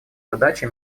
задача